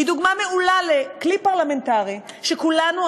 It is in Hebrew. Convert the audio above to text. היא דוגמה מעולה של כלי פרלמנטרי שכולנו,